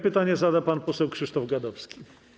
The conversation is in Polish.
Pytanie zada pan poseł Krzysztof Gadowski.